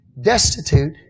destitute